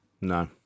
No